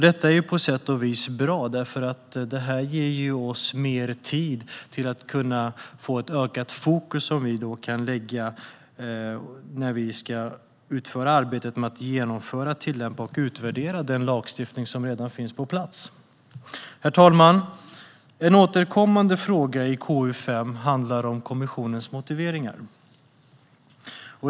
Detta är på sätt och vis bra, därför att det ger oss mer tid till att kunna sätta ökat fokus på att genomföra, tillämpa och utvärdera den lagstiftning som redan finns på plats. Herr talman! En återkommande fråga i KU5 handlar om kommissionens motiveringar.